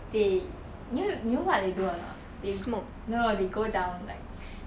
they you know you know what they do or not they no no they go down like